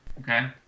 Okay